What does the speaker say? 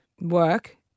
work